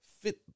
fit